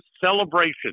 celebration